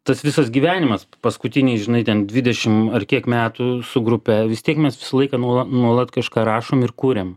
tas visas gyvenimas paskutiniai žinai ten dvidešim ar kiek metų su grupe vis tiek mes visą laiką nuola nuolat kažką rašom ir kuriam